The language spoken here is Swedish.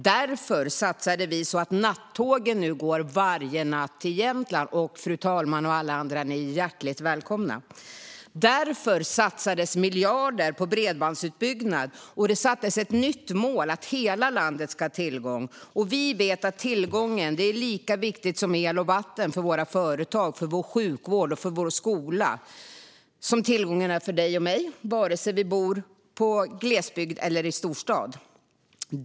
Därför satsade vi så att nattågen nu går till Jämtland varje natt. Fru talman och alla andra: Ni är hjärtligt välkomna! Därför satsades miljarder på bredbandsutbyggnad. Det sattes också ett nytt mål om att hela landet ska ha tillgång till bredband. Vi vet att tillgång till detta är lika viktigt som el och vatten för våra företag, för vår sjukvård, för vår skola och för dig och mig, vare sig vi bor i glesbygd eller i storstad.